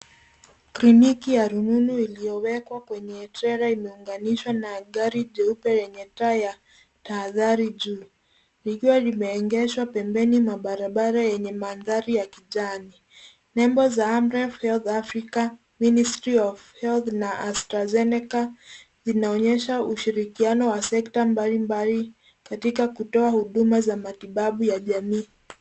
Kliniki ya rununu iliyowekwa kwenye trela imeunganishwa na gari jeupe yenye taa ya tahadhari juu. Likiwa limeegeshwa pembeni mwa barabara yenye mandhari ya kijani. Nembo za Amref health Africa , Ministry of health na Astrazeneca, zinaonyesha ushirikiano wa sekta mbalimbali, katika kutoa huduma za matibabu ya jamii.